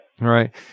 Right